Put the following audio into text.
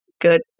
good